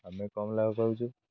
ଆମେ କମ୍ ଲାଭ ପାଉଛୁ